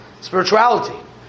Spirituality